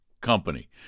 company